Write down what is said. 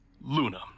Luna